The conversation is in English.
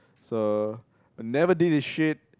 so I never did a shit